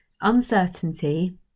Uncertainty